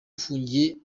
afungiye